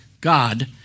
God